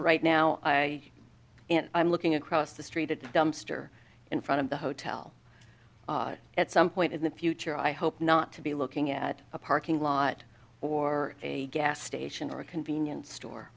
right now i am looking across the street at the dumpster in front of the hotel at some point in the future i hope not to be looking at a parking lot or a gas station or a convenience store